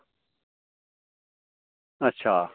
अच्छा